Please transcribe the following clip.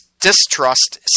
distrust